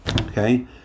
Okay